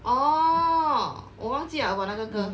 orh 我忘记 liao about 那个歌